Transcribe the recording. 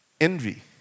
Envy